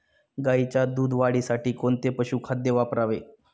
गाईच्या दूध वाढीसाठी कोणते पशुखाद्य वापरावे?